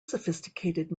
sophisticated